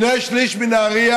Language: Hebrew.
שני שלישים מנהריה